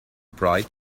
bright